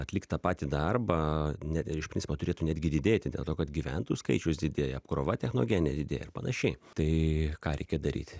atlikt patį darbą neir iš principo turėtų netgi didėti dėl to kad gyventojų skaičius didėja apkrova technogeninė didėja ir panašiai tai ką reikia daryt